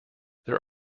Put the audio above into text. there